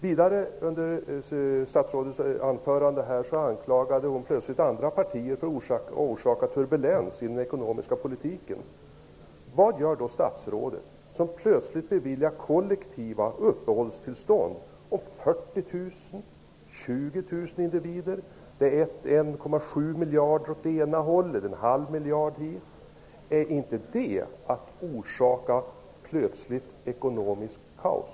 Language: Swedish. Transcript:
I sitt anförande anklagade statsrådet plötsligt andra partier för att ha orsakat turbulens i den ekonomiska politiken. Vad gör då statsrådet som plötsligt beviljar kollektiva uppehållstillstånd för 40 000 individer? Det är 1,7 miljarder kronor hit och en halv miljard dit. Är inte det att orsaka plötsligt ekonomiskt kaos?